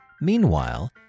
Meanwhile